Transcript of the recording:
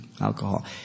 alcohol